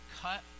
cut